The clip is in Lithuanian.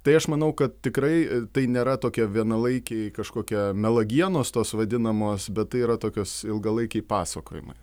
tai aš manau kad tikrai tai nėra tokia vienalaikiai kažkokia melagienos tos vadinamos bet tai yra tokios ilgalaikiai pasakojimai